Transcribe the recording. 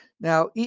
Now